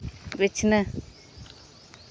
ᱵᱤᱪᱷᱱᱟᱹ